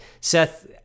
Seth